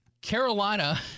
Carolina